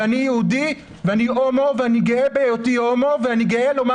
אני יהודי ואני הומו ואני גאה בהיותו הומו ואני גאה לומר